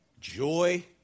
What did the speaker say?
joy